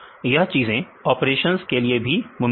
यह चीजें ऑपरेशंस के लिए भी मुमकिन है